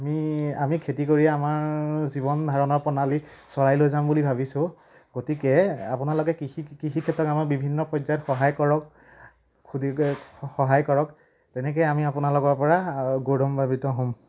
আমি আমি খেতি কৰি আমাৰ জীৱন ধাৰণৰ প্ৰণালী চলাই লৈ যাম বুলি ভাবিছোঁ গতিকে আপোনালোকে কৃষি কৃষিক্ষেত্ৰত আমাৰ বিভিন্ন পৰ্য্য়ায়ত সহায় কৰক সহায় কৰক তেনেকেই আমি আপোনালোকৰ পৰা গৌৰৱাম্বিত হ'ম